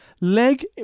leg